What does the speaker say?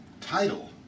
title